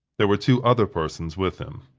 there were two other persons with him.